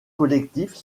collectifs